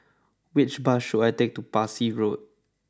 which bus should I take to Parsi Road